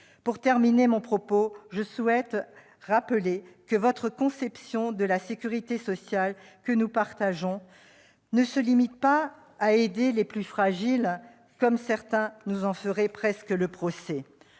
Pour terminer mon propos, je souhaite rappeler que votre conception de la sécurité sociale, que nous partageons, ne se limite pas à aider les plus fragiles, comme certains nous en feraient presque le procès.